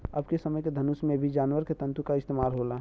अबके समय के धनुष में भी जानवर के तंतु क इस्तेमाल होला